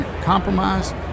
compromise